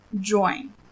join